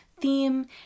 theme